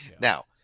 Now